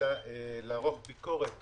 אלא לערוך ביקורת